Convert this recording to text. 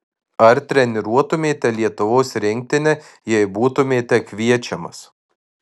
ar treniruotumėte lietuvos rinktinę jei būtumėte kviečiamas